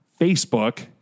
Facebook